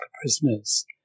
prisoners